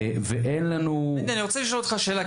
ואין לנו --- מנדל, אני רוצה לשאול אותך שאלה.